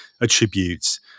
attributes